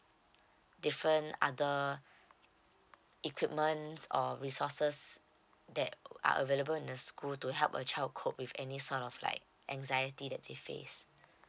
different other equipments or resources that are available in the school to help a child cope with any sort of like anxiety that they face